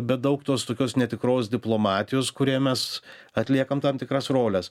bet daug tos tokios netikros diplomatijos kuria mes atliekam tam tikras roles